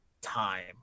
time